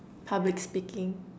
public speaking